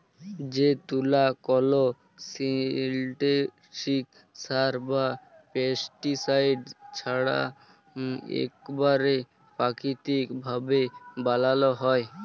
যে তুলা কল সিল্থেটিক সার বা পেস্টিসাইড ছাড়া ইকবারে পাকিতিক ভাবে বালাল হ্যয়